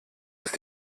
ist